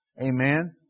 Amen